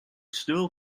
still